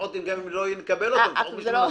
גם אם לא נקבל אותו, לפחות מישהו מנסה.